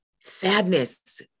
sadness